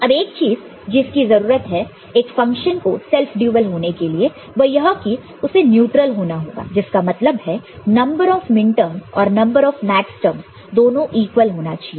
अब एक चीज जिसकी जरूरत है एक फंक्शन को सेल्फ ड्युअल होने के लिए वह यह कि उसे न्यूट्रल होना होगा जिसका मतलब है नंबर ऑफ मिनटर्मस और नंबर ऑफ मैक्सटर्म दोनों इक्वल होना चाहिए